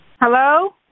hello